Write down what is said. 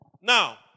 Now